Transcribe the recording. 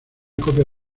copia